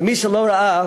למי שלא ראה,